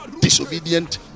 disobedient